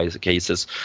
cases